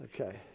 Okay